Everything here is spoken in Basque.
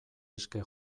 eske